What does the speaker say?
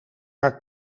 haar